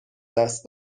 دست